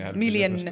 million